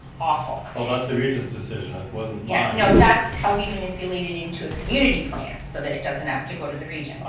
awful. oh, that's the region's decision, it wasn't mine. yeah no, that's how we manipulate it into a community plan, so that it doesn't have to go to the region,